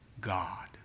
God